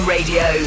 Radio